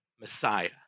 Messiah